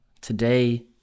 today